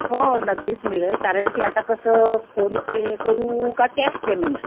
हो नगदीच मिळेल कारण की आता कसं फोनपे करू का कॅश पेमेंट